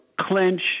clinch